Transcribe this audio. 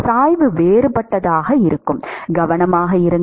சாய்வு வேறுபட்டதாக இருக்கும் கவனமாக இருங்கள்